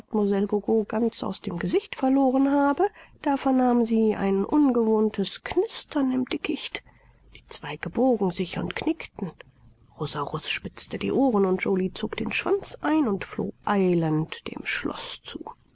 ganz aus dem gesicht verloren habe da vernahmen sie ein ungewohntes knistern im dickicht die zweige bogen sich und knickten rosaurus spitzte die ohren und joly zog den schwanz ein und floh eilend dem schloß zu